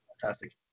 fantastic